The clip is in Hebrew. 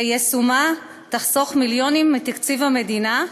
שיישומה יחסוך מיליונים מתקציב המדינה,